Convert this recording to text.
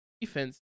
defense